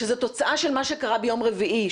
זה תוצאה של מה שקרה ביום חמישי,